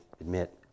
admit